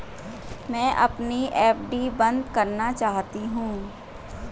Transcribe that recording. मैं अपनी एफ.डी बंद करना चाहती हूँ